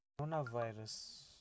coronavirus